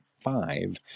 five